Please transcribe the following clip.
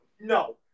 No